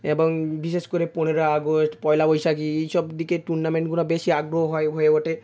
এবং বিশেষ করে পনেরোই আগস্ট পয়লা বৈশাখী এই সব দিকে টুর্নামেন্টগুলো বেশি আগ্রহ হয় হয়ে ওঠে